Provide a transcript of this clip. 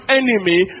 enemy